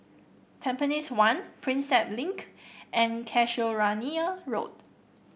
Tampines one Prinsep Link and Casuarina Road